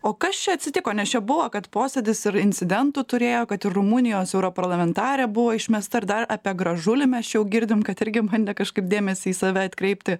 o kas čia atsitiko nes čia buvo kad posėdis ir incidentų turėjo kad ir rumunijos europarlamentarė buvo išmesta ir dar apie gražulį mes čia jau girdim kad irgi bandė kažkaip dėmesį į save atkreipti